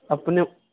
अपने